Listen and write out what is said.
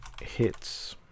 hits